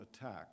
attack